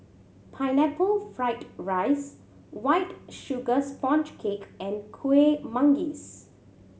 Pineapple Fried rice White Sugar Sponge Cake and Kuih Manggis